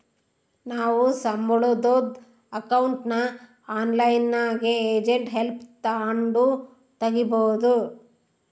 ನಾವು ಸಂಬುಳುದ್ ಅಕೌಂಟ್ನ ಆನ್ಲೈನ್ನಾಗೆ ಏಜೆಂಟ್ ಹೆಲ್ಪ್ ತಾಂಡು ತಗೀಬೋದು